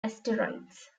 asteroids